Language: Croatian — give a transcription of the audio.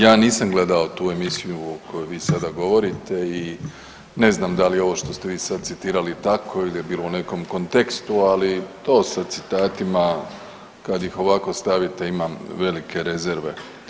Ja nisam gledao tu emisiju koju vi sada govorite i ne znam da li je ovo što ste vi sad citirali tako ili je bilo u nekom kontekstu, ali to sa citatima, kad ih ovako stavite, imam velike rezerve.